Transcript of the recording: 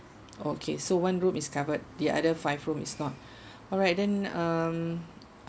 okay so one room is covered the other five room is not alright then um